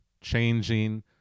changing